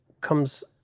comes